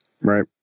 Right